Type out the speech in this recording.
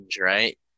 right